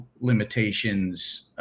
limitations